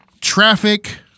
traffic